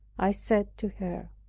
i said to her,